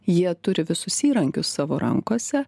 jie turi visus įrankius savo rankose